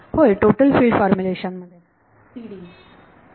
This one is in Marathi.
होय टोटल फिल्ड फॉर्मुलेशन मध्ये विद्यार्थी Td